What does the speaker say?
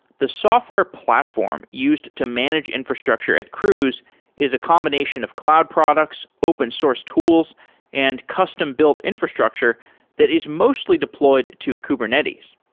the software platform used to manage infrastructure at cruise is a combination of cloud products, open source tools and custom-built infrastructure that is mostly deployed to kubernetes.